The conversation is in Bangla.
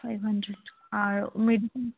ফাইভ হান্ড্রেড আর মেডিসিন